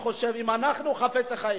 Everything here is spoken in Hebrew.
אם אנחנו חפצי חיים,